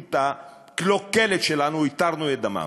במדיניות הקלוקלת שלנו, התרנו את דמם.